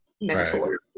mentor